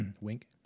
wink